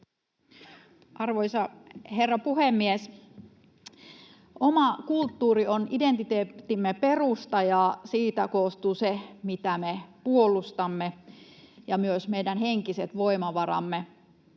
Arvoisa herra puhemies! Oma kulttuuri on identiteettimme perusta, ja siitä koostuu se, mitä me puolustamme ja myös meidän henkiset voimavaramme.